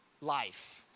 life